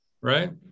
right